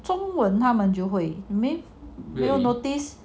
中文他们就会 did you notice